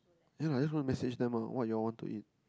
yea I just wanna message them lah what you all want to eat